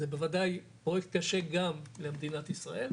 בוודאי שזה פרויקט קשה גם למדינת ישראל,